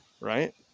Right